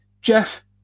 jeff